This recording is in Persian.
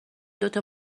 دوتا